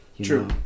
True